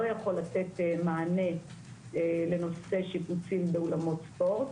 יכול לתת מענה לנושא שיפוצים באולמות ספורט.